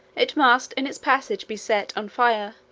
it must in its passage be set on fire,